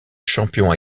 champion